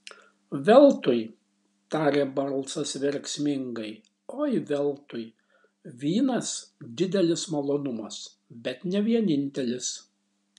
veltui tarė balsas verksmingai oi veltui vynas didelis malonumas bet ne vienintelis